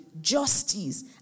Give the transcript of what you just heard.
justice